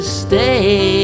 stay